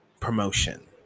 Promotion